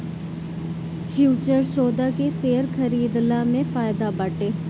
futures सौदा के share खरीदला में फायदा बाटे